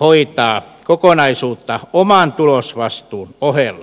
hoitaa kokonaisuutta oman tulosvastuun ohella